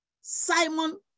Simon